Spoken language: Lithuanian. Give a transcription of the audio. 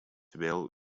vėl